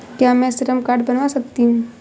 क्या मैं श्रम कार्ड बनवा सकती हूँ?